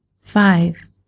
five